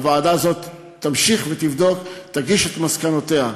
הוועדה הזאת תמשיך ותבדוק, תגיש את מסקנותיה.